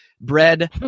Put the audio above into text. bread